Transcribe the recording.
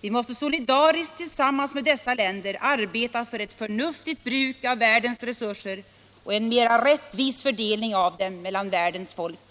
Vi måste solidariskt tillsammans med dessa länder arbeta för ett förnuftigt bruk av världens resurser och en mera rättvis fördelning av dem mellan världens folk.